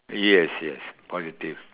yes yes positive